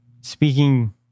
Speaking